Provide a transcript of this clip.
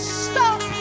stop